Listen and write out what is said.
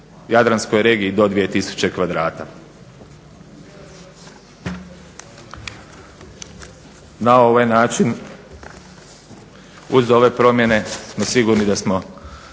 jadranskoj regiji do 2 tisuće kvadrata. Na ovaj način, uz ove promjene smo sigurni da smo